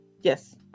yes